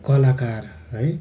कलाकार है